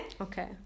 Okay